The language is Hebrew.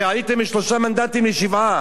הרי עליתם משלושה מנדטים לשבעה,